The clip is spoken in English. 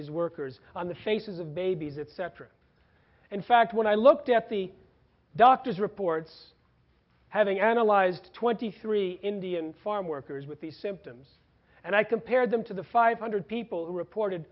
these workers on the faces of babies etc and fact when i looked at the doctors reports having analyzed twenty three indian farmworkers with these symptoms and i compare them to the five hundred people reported